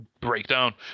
breakdown